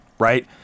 Right